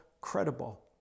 credible